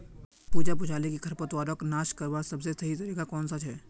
पूजा पूछाले कि खरपतवारक नाश करवार सबसे सही तरीका कौन सा छे